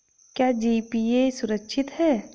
क्या जी.पी.ए सुरक्षित है?